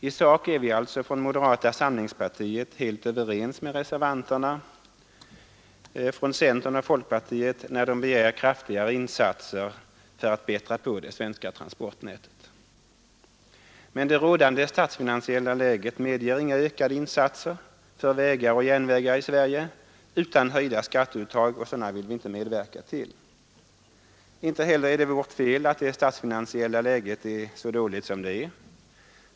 I sak är vi alltså från moderata samlingspartiet djupt överens med reservanterna från centern och folkpartiet, när de begär kraftigare insatser för att bättra på det svenska transportnätet. Men det rådande statsfinansiella läget medger inga ökade insatser för vägar och järnvägar i Sverige utan höjda skatteuttag, och sådana vill vi inte medverka till. Inte heller är det vårt fel att det statsfinansiella läget är så dåligt som det är.